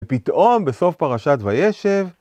ופתאום בסוף פרשת וישב